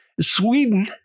Sweden